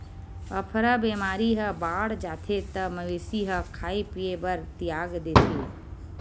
अफरा बेमारी ह बाड़ जाथे त मवेशी ह खाए पिए बर तियाग देथे